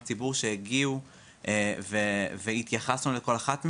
הציבור שהגיעו והתייחסנו לכל אחת מהן,